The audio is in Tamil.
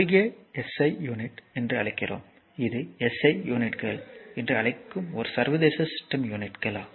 குறுகிய எஸ் ஐ யூனிட் என்று அழைக்கிறோம் இது எஸ் ஐ யூனிட்கள் என்று அழைக்கும் ஒரு சர்வதேச சிஸ்டம் யூனிட்கள்